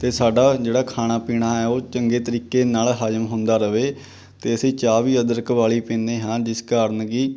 ਅਤੇ ਸਾਡਾ ਜਿਹੜਾ ਖਾਣਾ ਪੀਣਾ ਹੈ ਉਹ ਚੰਗੇ ਤਰੀਕੇ ਨਾਲ ਹਜਮ ਹੁੰਦਾ ਰਹੇ ਅਤੇ ਅਸੀਂ ਚਾਹ ਵੀ ਅਦਰਕ ਵਾਲੀ ਪੀਂਦੇ ਹਾਂ ਜਿਸ ਕਾਰਨ ਕਿ